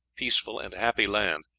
peaceful, and happy land,